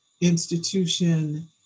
institution